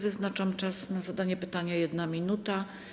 Wyznaczam czas na zadanie pytania - 1 minuta.